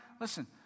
Listen